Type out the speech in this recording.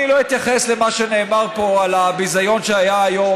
אני לא אתייחס למה שנאמר פה על הביזיון שהיה היום,